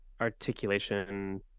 articulation